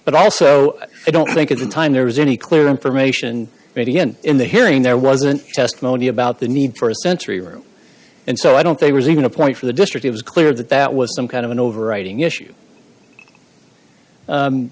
but also i don't think at the time there was any clear information made again in the hearing there wasn't testimony about the need for a century room and so i don't they was even a point for the district it was clear that that was some kind of an overriding issue